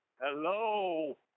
Hello